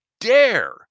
dare